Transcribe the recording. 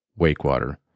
Wakewater